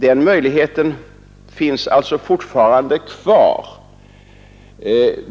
Den möjligheten finns fortfarande kvar.